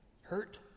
hurt